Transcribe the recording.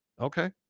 Okay